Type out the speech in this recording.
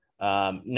Now